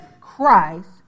Christ